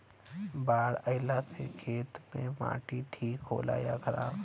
बाढ़ अईला से खेत के माटी ठीक होला या खराब?